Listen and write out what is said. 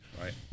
Right